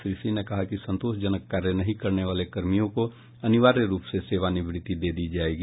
श्री सिंह ने कहा कि संतोषजनक कार्य नहीं करने वाले कर्मियों को अनिवार्य रूप से सेवानिवृत्ति दे दी जायेगी